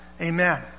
Amen